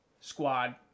squad